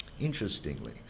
Interestingly